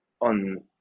on